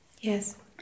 Yes